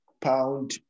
pound